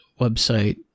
website